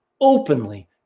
openly